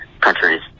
countries